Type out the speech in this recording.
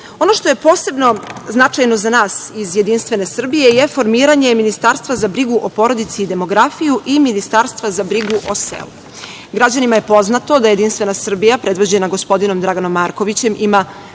što je posebno značajno za nas iz JS je formiranje ministarstva za brigu o porodici i demografiji i ministarstva za brigu o selu. Građanima je poznato da JS, predvođena gospodinom Draganom Markovićem ima